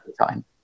time